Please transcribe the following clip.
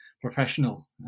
professional